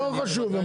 לא חשוב.